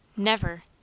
Never